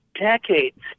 decades